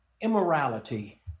immorality